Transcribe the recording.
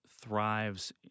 thrives